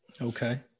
okay